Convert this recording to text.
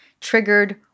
triggered